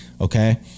Okay